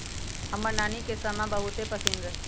हमर नानी के समा बहुते पसिन्न रहै